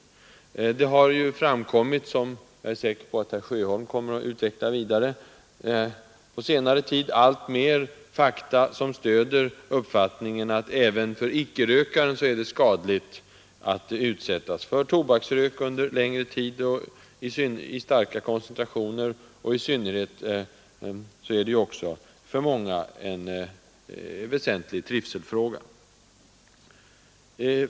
Det har på senare tid framkommit — som jag är säker på att herr Sjöholm kommer att utveckla vidare — alltmer fakta som stöder uppfattningen att det även för icke-rökaren är skadligt att utsättas för tobaksrök i starka koncentrationer under längre tid. Dessutom är det för många en väsentlig trivselfråga.